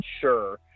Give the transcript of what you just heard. sure